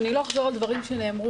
אני לא אחזור על דברים שנאמרו,